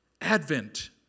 Advent